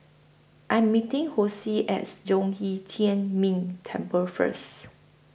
I Am meeting Hosea as Zhong Yi Tian Ming Temple First